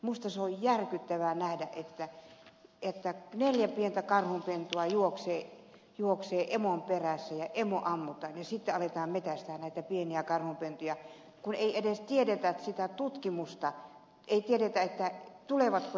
minusta on järkyttävää nähdä että neljä pientä karhunpentua juoksee emon perässä ja emo ammutaan ja sitten aletaan metsästää näitä pieniä karhunpentuja kun ei edes tiedetä tulevatko ne pennut toimeen